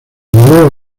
mudó